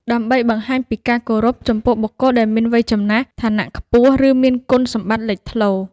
ដើម្បីបង្ហាញពីការគោរព ចំពោះបុគ្គលដែលមានវ័យចំណាស់ ឋានៈខ្ពស់ ឬមានគុណសម្បត្តិលេចធ្លោ។